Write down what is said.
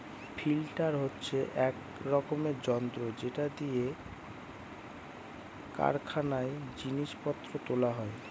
lifter হচ্ছে এক রকমের যন্ত্র যেটা দিয়ে কারখানায় জিনিস পত্র তোলা হয়